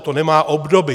To nemá obdoby.